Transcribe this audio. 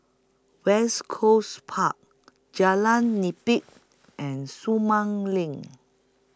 West Coast Park Jalan Nipah and Sumang LINK